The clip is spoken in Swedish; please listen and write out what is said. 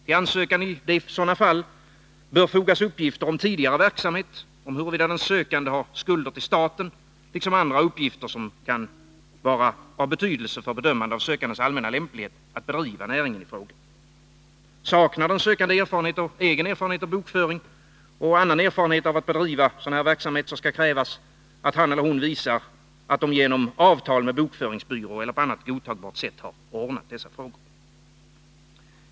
Till ansökan bör i sådana fall fogas uppgifter om tidigare verksamhet, om huruvida den sökande har skulder till staten, liksom andra uppgifter som kan vara av betydelse för bedömande av sökandens allmänna lämplighet att bedriva näringen i fråga. Saknar den sökande erfarenhet av bokföring och annan erfarenhet av att bedriva egen verksamhet skall krävas att han eller hon visar att man genom avtal med bokföringsbyrå eller på annat godtagbart sätt har ordnat dessa frågor.